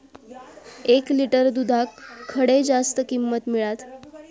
एक लिटर दूधाक खडे जास्त किंमत मिळात?